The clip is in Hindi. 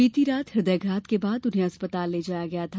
बीती रात हदयघात के बाद उन्हें चिकित्सालय ले जाया गया था